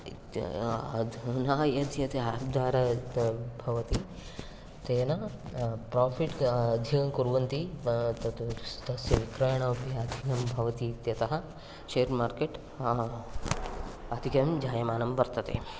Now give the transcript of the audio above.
इत्यतः अद्य न यत्यत् आप् द्वारा भवति तेन प्रोफ़िट् अधिकं कुर्वन्ति वा तत् तस्य विक्रयणमपि अधिकं भवति इत्यतः शेर् मार्केट् अधिकं जायमानं वर्तते